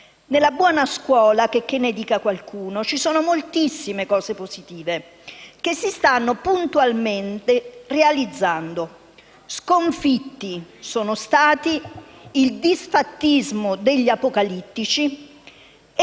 Nella buona scuola, checché ne dica qualcuno, ci sono moltissime cose positive, che si stanno puntualmente realizzando. Sconfitti sono stati il disfattismo degli apocalittici e